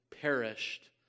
perished